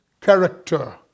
character